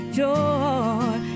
joy